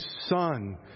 son